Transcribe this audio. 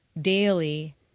daily